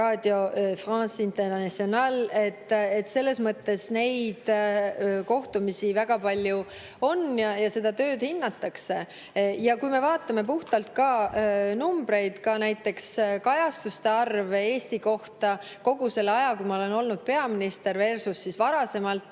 Radio France Internationale. Selles mõttes neid kohtumisi on väga palju ja seda tööd hinnatakse. Kui me vaatame puhtalt numbreid, ka näiteks kajastuste arvu Eesti kohta kogu selle aja jooksul, kui ma olen olnud peaminister, versusvarasemalt